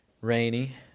rainy